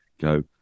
go